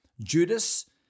Judas